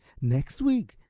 next week!